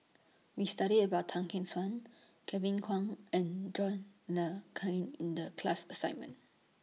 We studied about Tan Gek Suan Kevin Kwan and John Le Cain in The class assignment